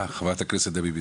ח"כ דבי בבקשה.